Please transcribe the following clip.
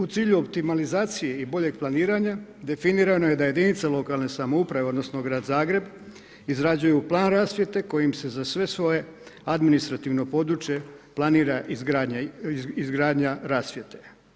U cilju optimalizacije i boljeg planiranja, definirano je da jedinice lokalne samouprave, odnosno, Grad Zagreb, izrađuju plan rasvjete kojim se za sve svoje administrativno područje, planira izgradnja rasvjete.